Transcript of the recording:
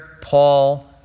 Paul